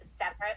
separate